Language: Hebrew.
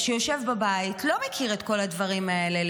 שיושב בבית, לא מכיר לעיתים את כל הדברים האלה.